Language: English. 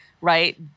right